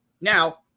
Now